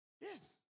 Yes